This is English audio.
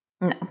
No